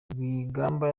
rwigamba